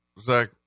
Zach